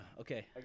Okay